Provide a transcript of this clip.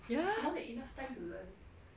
ya